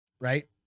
Right